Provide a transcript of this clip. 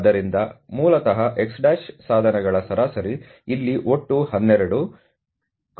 ಆದ್ದರಿಂದ ಮೂಲತಃ x' ಸಾಧನಗಳ ಸರಾಸರಿ ಇಲ್ಲಿ ಒಟ್ಟು 12 129 ಆಗಿರುತ್ತದೆ